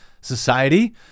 society